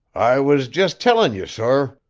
i was just tellin' ye, sor,